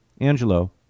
Angelo